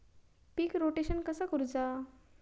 पीक rotation कसा करूचा?